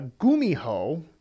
Gumiho